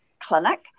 clinic